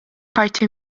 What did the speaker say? parti